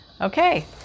Okay